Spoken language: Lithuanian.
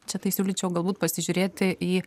čia tai siūlyčiau galbūt pasižiūrėti į